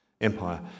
empire